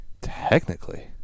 Technically